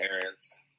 parents